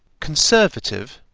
conservative,